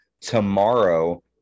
tomorrow